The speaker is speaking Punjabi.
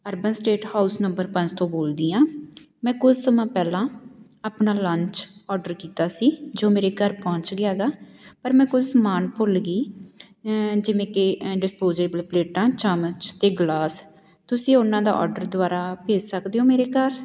ਅਰਬਨ ਸਟੇਟ ਹਾਊਸ ਨੰਬਰ ਪੰਜ ਤੋਂ ਬੋਲਦੀ ਹਾਂ ਮੈਂ ਕੁਝ ਸਮਾਂ ਪਹਿਲਾਂ ਆਪਣਾ ਲੰਚ ਔਡਰ ਕੀਤਾ ਸੀ ਜੋ ਮੇਰੇ ਘਰ ਪਹੁੰਚ ਗਿਆ ਐਗਾ ਪਰ ਮੈਂ ਕੁਝ ਸਮਾਨ ਭੁੱਲ ਗਈ ਜਿਵੇਂ ਕਿ ਡਿਪੋਜ਼ੇਬਲ ਪਲੇਟਾਂ ਚਮਚ ਅਤੇ ਗਲਾਸ ਤੁਸੀਂ ਉਹਨਾਂ ਦਾ ਔਡਰ ਦੁਬਾਰਾ ਭੇਜ ਸਕਦੇ ਹੋ ਮੇਰੇ ਘਰ